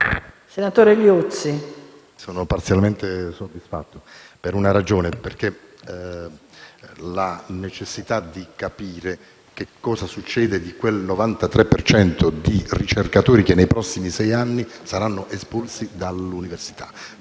signora Ministra, sono parzialmente soddisfatto per una ragione: la necessità di capire che cosa succede di quel 93 per cento di ricercatori che nei prossimi sei anni saranno espulsi dall'università,